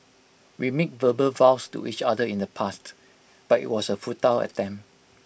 we made verbal vows to each other in the past but IT was A futile attempt